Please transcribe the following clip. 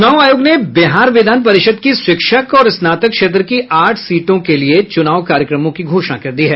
चुनाव आयोग ने बिहार विधान परिषद् की शिक्षक और स्नातक क्षेत्र की आठ सीटों के लिए चुनाव कार्यक्रमों की घोषणा कर दी है